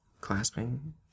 clasping